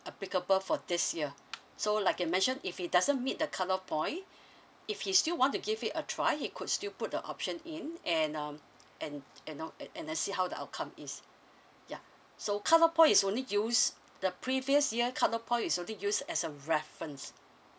applicable for this year so like you mentioned if he doesn't meet the cut off point if he still want to give it a try he could still put the option in and um and you know and and then see how the outcome is ya so cut off point is only use the previous year cut off point is only use as a reference